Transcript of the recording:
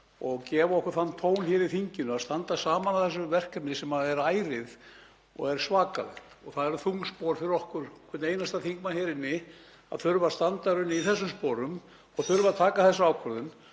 að gefa okkur þann tón hér í þinginu að standa saman að þessu verkefni sem er ærið og svakalegt. Þetta eru þung spor fyrir okkur, hvern einasta þingmann hér inni, að þurfa að standa í þessum sporum og þurfa að taka þessa ákvörðun.